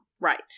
Right